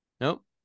nope